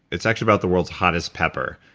it's actually about the world's hottest pepper.